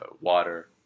water